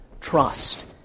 trust